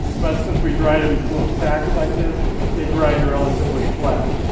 but since we dried them into little stacks like this they dried relatively flat.